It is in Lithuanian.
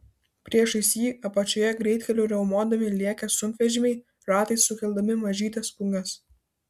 priešais jį apačioje greitkeliu riaumodami lėkė sunkvežimiai ratais sukeldami mažytes pūgas